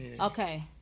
Okay